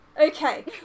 Okay